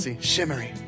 Shimmery